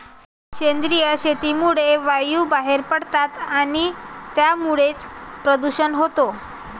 सेंद्रिय शेतीमुळे वायू बाहेर पडतात आणि त्यामुळेच प्रदूषण होते